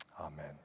Amen